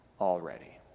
already